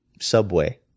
Subway